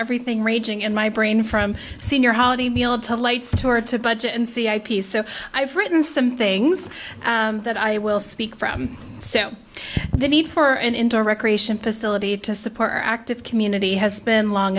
everything raging in my brain from senior holiday meal to lights to or to budget and see ip so i've written some things that i will speak from so the need for an indoor recreation facility to support our active community has